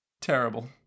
Terrible